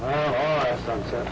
for something